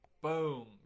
boom